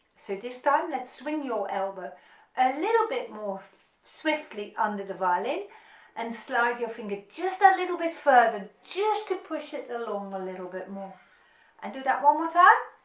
so this time let's swing your elbow a little bit more swiftly under the violin and slide your finger just a little bit further just to push it along a little bit more and do that one more time,